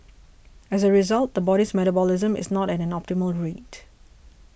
as a result the body's metabolism is not at an optimal rate